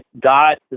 god